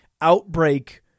outbreak